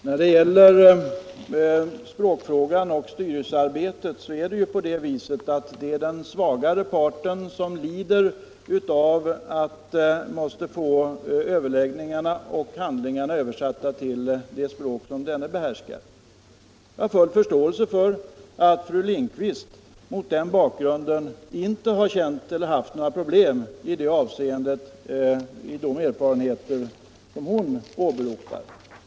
Herr talman! När det gäller språkfrågan och styrelsearbetet är det den svagare parten som lider av att överläggningarna och handlingarna måste översättas till det språk denna behärskar. Mot den bakgrunden har jag full förståelse för att fru Lindquist inte har haft några problem vid sina erfarenheter av tolkning.